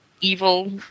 evil